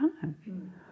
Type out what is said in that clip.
time